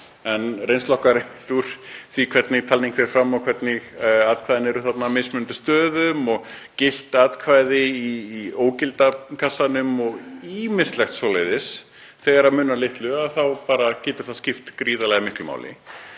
við reynslu okkar af því hvernig talning fór fram og hvernig atkvæðin eru þarna á mismunandi stöðum og gild atkvæði í ógilda kassanum og ýmislegt svoleiðis, þegar munar litlu getur það skipt gríðarlega miklu máli,